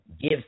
give